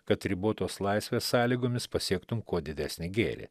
kad ribotos laisvės sąlygomis pasiektum kuo didesnį gėrį